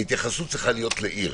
כי ההתייחסות צריכה להיות לעיר.